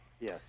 Yes